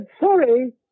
sorry